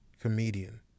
comedian